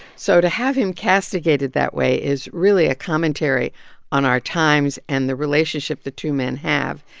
so to have him castigated that way is really a commentary on our times and the relationship the two men have.